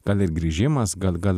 gal ir grįžimas gal gal